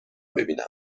ببینم